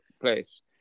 place